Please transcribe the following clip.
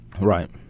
Right